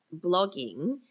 blogging